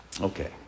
Okay